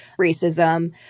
racism